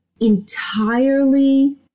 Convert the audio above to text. entirely